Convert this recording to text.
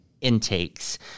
intakes